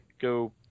go